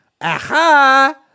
Aha